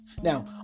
Now